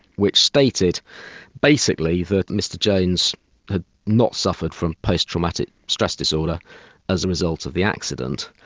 which stated basically that mr jones had not suffered from post-traumatic stress disorder as a result of the accident.